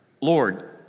Lord